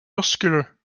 muscular